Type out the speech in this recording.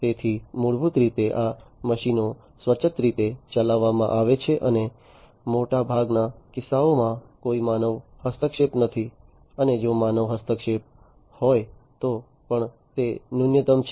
તેથી મૂળભૂત રીતે આ મશીનો સ્વાયત્ત રીતે ચલાવવામાં આવે છે અને મોટાભાગના કિસ્સાઓમાં કોઈ માનવ હસ્તક્ષેપ નથી અને જો માનવ હસ્તક્ષેપ હોય તો પણ તે ન્યૂનતમ છે